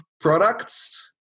products